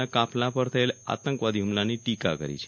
ના કાફલા પર થયેલ આતંકવાદી હ્મલાની ટીકા કરી છે